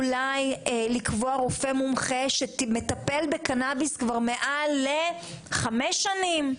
אולי לקבוע רופא מומחה שמטפל בקנביס כבר למעל חמש שנים.